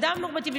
אדם נורמטיבי,